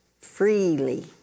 freely